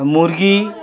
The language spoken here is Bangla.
মুরগি